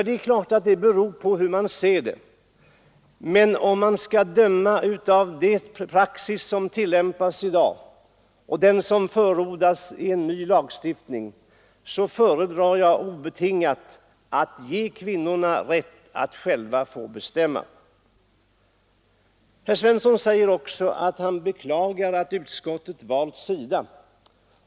Det beror naturligtvis på hur man ser det, men om jag skall döma av den praxis som tillämpas i dag och den som förordas i den nya lagstiftningen, föredrar jag obetingat att ge kvinnorna rätt att själva bestämma. Herr Svensson beklagar också att utskottet valt sida.